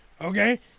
okay